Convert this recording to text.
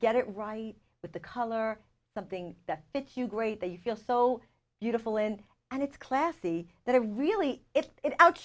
get it right with the color something that you great that you feel so beautiful and and it's classy that i really if it out